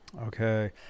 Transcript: Okay